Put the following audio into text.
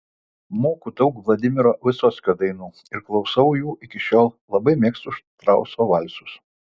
moku daug vladimiro vysockio dainų ir klausau jų iki šiol labai mėgstu štrauso valsus